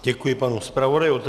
Děkuji panu zpravodaji.